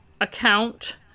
account